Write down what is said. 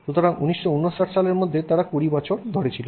সুতরাং 1959 সালের মধ্যে তারা 20 বছর ধরে ছিল